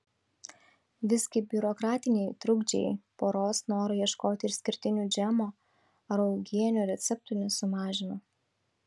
visgi biurokratiniai trukdžiai poros noro ieškoti išskirtinių džemo ar uogienių receptų nesumažino